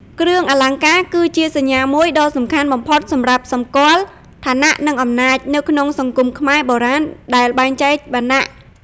គ្រឿងអលង្ការគឺជាសញ្ញាមួយដ៏សំខាន់បំផុតសម្រាប់សម្គាល់ ឋានៈ និងអំណាច នៅក្នុងសង្គមខ្មែរបុរាណដែលបែងចែកវណ្ណៈ។